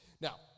now